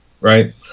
right